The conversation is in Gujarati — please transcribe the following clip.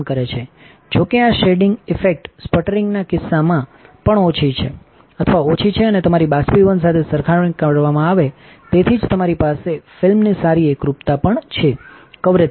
જો કે આ શેડિંગ ઇફેક્ટ સ્પુટિંગના કિસ્સામાં પણ ઓછી અથવા ઓછી છે અને તમારી બાષ્પીભવન સાથે સરખામણી કરવામાં આવે છે તેથી જ તમારી પાસે ફિલ્મની સારી એકરૂપતા પણ છે કવરેજ સ્ટેપ